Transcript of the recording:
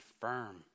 firm